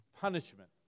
punishment